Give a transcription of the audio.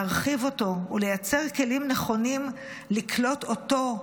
להרחיב אותו ולייצר כלים נכונים לקלוט אותו,